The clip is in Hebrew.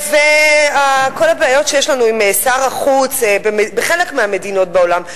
וכל הבעיות שיש לנו עם שר החוץ בחלק מהמדינות בעולם,